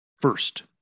First